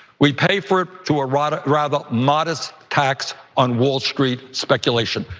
we pay for it through a rather rather modest tax on wall street speculation,